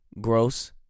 gross